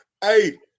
Hey